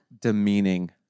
demeaning